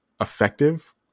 effective